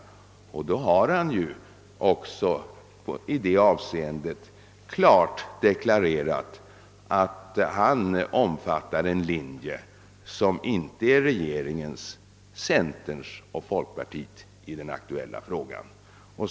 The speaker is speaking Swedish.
Därmed har han också klart deklarerat, att han omfattar en linje som inte är regeringens, centerns och folkpartiets i den aktuella frågan.